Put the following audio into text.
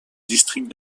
district